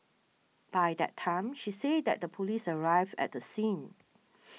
by that time she said that the police arrived at the scene